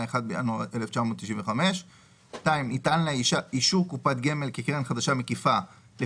החדשה המקיפה אישור קופת גמל שמופיע בו קרן חדשה מקיפה.